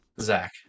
Zach